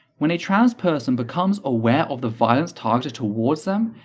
when a trans person becomes aware of the violence targeted towards them,